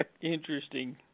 Interesting